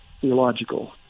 theological